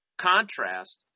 contrast